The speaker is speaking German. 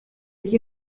sich